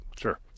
Sure